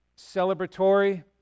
celebratory